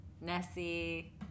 Nessie